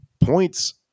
points